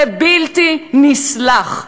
זה בלתי נסלח.